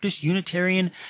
unitarian